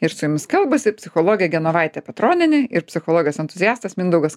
ir su jumis kalbasi psichologė genovaitė petronienė ir psichologas entuziastas mindaugas